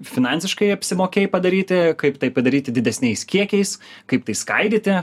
finansiškai apsimokėj padaryti kaip tai padaryti didesniais kiekiais kaip tai skaidyti